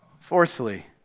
fourthly